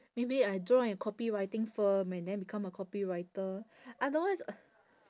maybe I join a copywriter firm and then become a copywriter otherwise